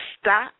stop